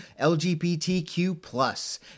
LGBTQ+